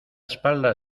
espalda